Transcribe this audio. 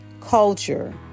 culture